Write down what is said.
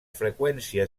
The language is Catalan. freqüència